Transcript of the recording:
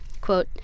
Quote